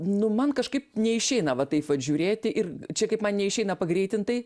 nu man kažkaip neišeina va taip vat žiūrėti ir čia kaip man neišeina pagreitintai